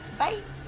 bye